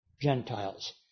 Gentiles